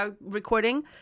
recording